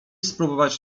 spróbować